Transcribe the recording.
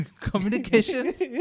Communications